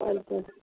अन्त